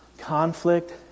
Conflict